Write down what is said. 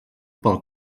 pel